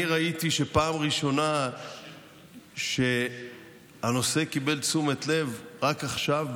אני ראיתי שבפעם הראשונה הנושא קיבל תשומת לב רק עכשיו,